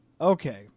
Okay